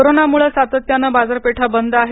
कोरोनामुळे सातत्याने बाजारपेठा बंद आहेत